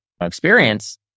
experience